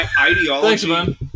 Ideology